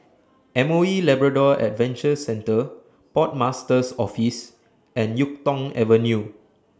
M O E Labrador Adventure Centre Port Master's Office and Yuk Tong Avenue